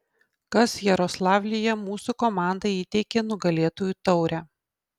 kas jaroslavlyje mūsų komandai įteikė nugalėtojų taurę